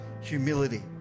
humility